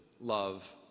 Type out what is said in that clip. love